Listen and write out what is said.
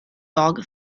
dog